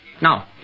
Now